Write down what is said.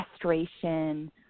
frustration